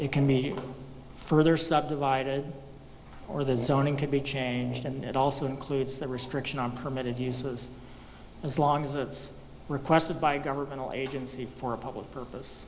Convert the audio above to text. it can be further subdivided or the zoning could be changed and it also includes the restriction on permitted uses as long as it's requested by a governmental agency for a public purpose